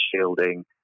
shielding